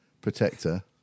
protector